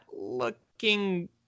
looking